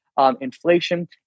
inflation